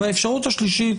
והאפשרות השלישית,